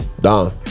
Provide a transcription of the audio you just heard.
Don